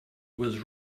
was